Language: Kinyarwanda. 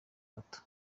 gato